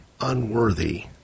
unworthy